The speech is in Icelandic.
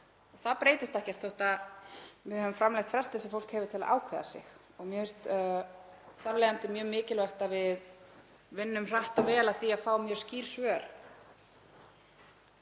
Það breytist ekkert þótt við höfum framlengt frestinn sem fólk hefur til að ákveða sig. Mér finnst þar af leiðandi mjög mikilvægt að við vinnum hratt og vel að því að fá mjög skýr svör